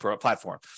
platform